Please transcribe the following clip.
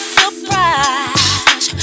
surprise